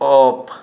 off